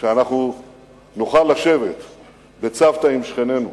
שאנחנו נוכל לשבת בצוותא עם שכנינו,